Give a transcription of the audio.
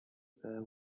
served